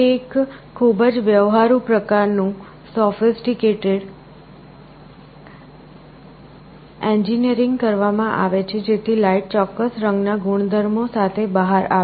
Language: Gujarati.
તે એક ખૂબ જ વ્યવહારુ પ્રકારનું એન્જિનિયરિંગ કરવામાં આવે છે જેથી લાઈટ ચોક્કસ રંગના ગુણધર્મો સાથે બહાર આવે